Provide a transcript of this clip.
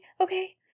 Okay